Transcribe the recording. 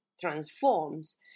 transforms